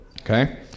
okay